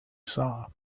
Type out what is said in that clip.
saw